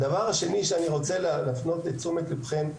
הדבר השני שאני רוצה להפנות אליו את תשומת ליבכם,